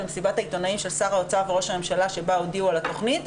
במסיבת העיתונאים של שר האוצר וראש הממשלה שבה הודיעו על התוכנית,